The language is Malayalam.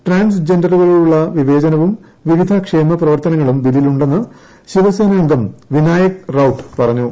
ട്രാൻസ് ജെൻഡറുകളോടുള്ള വിവേചനവും വിവിധ ക്ഷേമ പ്രവർത്തനങ്ങളും ബില്ലിലുണ്ടെന്ന് ശിവസേനാ അംഗം വിനായക് റൌട്ട് പറഞ്ഞു